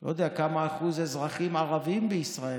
לא יודע כמה אחוזים של אזרחים ערבים בישראל,